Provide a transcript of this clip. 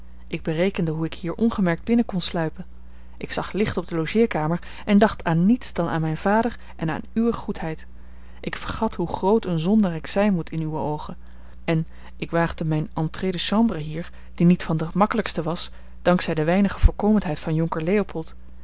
ik berekende hoe ik hier ongemerkt binnen kon sluipen ik zag licht op de logeerkamer en dacht aan niets dan aan mijn vader en aan uwe goedheid ik vergat hoe groot een zondaar ik zijn moet in uwe oogen en ik waagde mijne entree de chambre hier die niet van de makkelijkste was dank zij de weinige voorkomendheid van jonker leopold